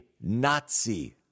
Nazi